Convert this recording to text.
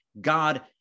God